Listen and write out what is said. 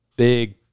big